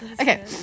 Okay